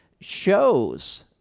shows